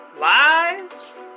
Lives